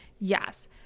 Yes